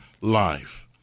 life